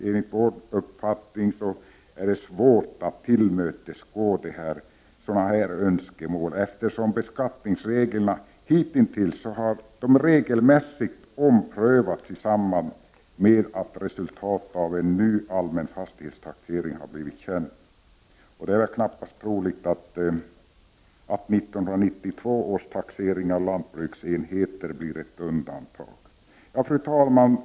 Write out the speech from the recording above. Enligt vår uppfattning är det svårt att tillmötesgå sådana öns kemål, eftersom beskattningsreglerna hitintills regelmässigt har omprövats i samband med att resultatet av en ny allmän fastighetstaxering blivit känt. Det är knappast troligt att 1992 års taxering av lantbruksenheter blir ett undantag. Fru talman!